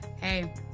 Hey